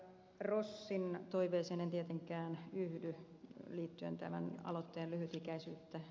rossin toiveeseen en tietenkään yhdy koskien tämän aloitteen lyhytikäisyyttä